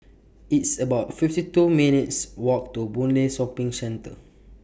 It's about fifty two minutes' Walk to Boon Lay Shopping Centre